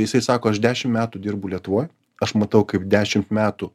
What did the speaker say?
jisai sako aš dešimt metų dirbu lietuvoj aš matau kaip dešimt metų